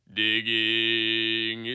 digging